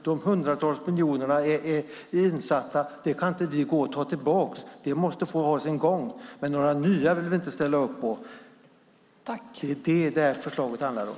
De hundratals miljonerna är insatta, och dem kan vi inte ta tillbaka. Det måste få ha sin gång. Men några nya vill vi inte ställa upp på. Det är det som förslaget handlar om.